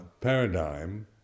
paradigm